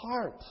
heart